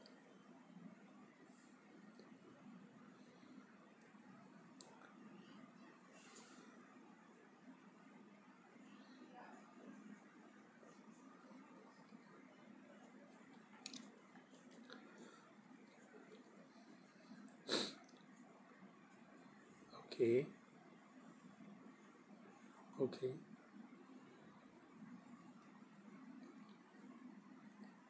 okay okay